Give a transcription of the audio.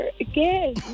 again